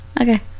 Okay